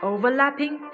Overlapping